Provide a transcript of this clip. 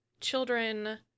children